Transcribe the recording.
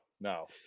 no